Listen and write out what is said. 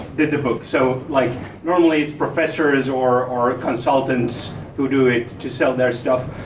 did the book so like normally it's professors or or consultants who do it to sell their stuff.